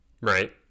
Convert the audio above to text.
right